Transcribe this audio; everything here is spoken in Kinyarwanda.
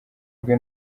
bwe